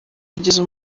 kugeza